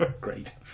Great